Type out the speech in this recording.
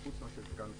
חוץ מאשר סגן שר.